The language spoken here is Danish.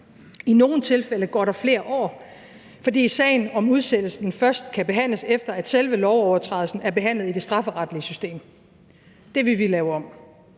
I nogle tilfælde går der flere år, fordi sagen om udsættelsen først kan behandles, efter at selve lovovertrædelsen er behandlet i det strafferetlige system. Det vil vi lave om.